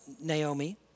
Naomi